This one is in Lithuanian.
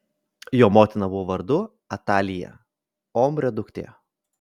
jo motina buvo vardu atalija omrio duktė